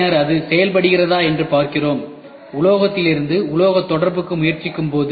பின்னர் அது செயல்படுகிறதா என்று பார்க்கிறோம் உலோகத்திலிருந்து உலோக தொடர்புக்கு முயற்சிக்கும்போது